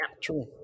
True